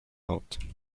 note